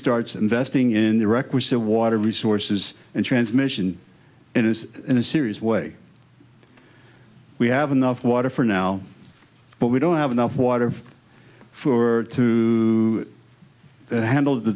starts investing in the requisite water resources and transmission it is in a serious way we have enough water for now but we don't have enough water for to handle the